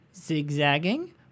zigzagging